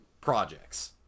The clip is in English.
projects